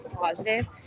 positive